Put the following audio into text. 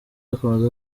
akomeza